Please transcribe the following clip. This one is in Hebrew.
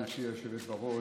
גברתי היושבת-ראש,